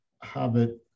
habit